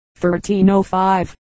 1305